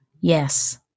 yes